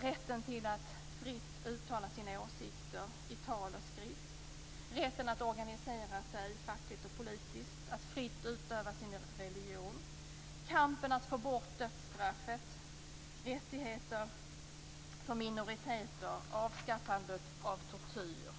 rätten till att fritt uttala sina åsikter i tal och skrift, rätten att organisera sig fackligt och politiskt, rätten att fritt utöva sin religion, kampen att få bort dödsstraffet, rättigheter för minoriteter och avskaffandet av tortyr.